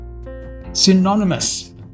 Synonymous